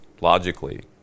logically